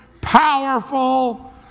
powerful